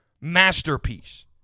masterpiece